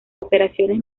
operaciones